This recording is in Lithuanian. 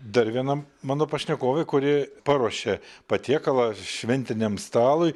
dar viena mano pašnekovė kuri paruošė patiekalą šventiniam stalui